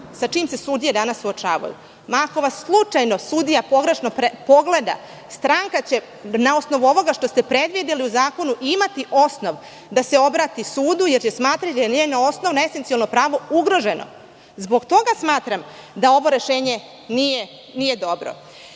sa čime se sudije danas suočavaju. Ako vas sudija slučajno pogrešno pogleda, stranka će na osnovu ovoga što ste predvideli u zakonu imati osnov da se obrati sudu, jer će smatrati da je njeno osnovno, esencijalno pravo ugroženo. Zbog toga smatram da ovo rešenje nije dobro. Sa